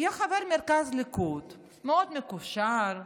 יהיה חבר מרכז ליכוד מאוד מקושר,